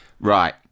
right